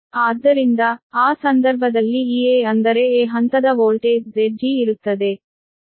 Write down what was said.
ಆದ್ದರಿಂದ ಆ ಸಂದರ್ಭದಲ್ಲಿ Ea ಅಂದರೆ a ಹಂತದ ವೋಲ್ಟೇಜ್ Zg ಇರುತ್ತದೆ